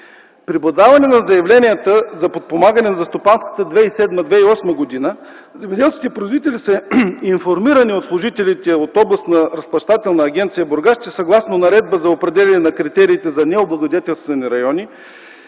При подаване на заявленията за подпомагане за стопанската 2007-2008 г., земеделските производители са информирани от служителите от Областната разплащателна агенция – гр. Бургас, че съгласно Наредба за определяне на критериите за необлагодетелствани райони